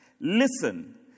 listen